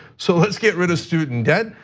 so let's get rid of student debt,